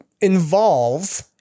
involve